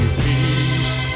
peace